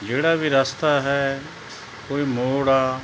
ਜਿਹੜਾ ਵੀ ਰਸਤਾ ਹੈ ਕੋਈ ਮੋੜ ਆ